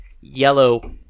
yellow